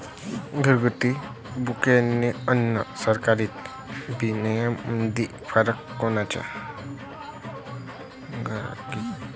घरगुती बियाणे अन संकरीत बियाणामंदी फरक कोनचा?